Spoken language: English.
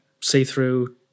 See-through